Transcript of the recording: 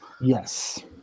yes